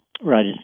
Right